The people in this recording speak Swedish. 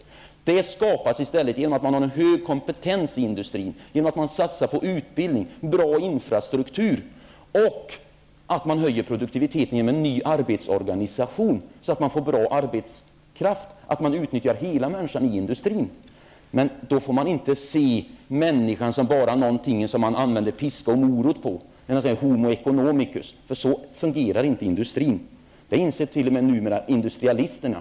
Tillväxt skapas i stället genom att man har en hög kompetens i industrin, genom att man satsar på utbildning och en bra infrastruktur och genom att man höjer produktiviteten genom en ny arbetsorganisation så att man får bra arbetskraft och utnyttjar hela människan i industrin. Men då får man inte se människan som något som man enbart använder piska och morot på -- dvs. homo economicus -- så fungerar inte industrin. Det inser numera t.o.m. industrialisterna.